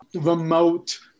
remote